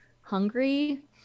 hungry